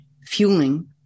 fueling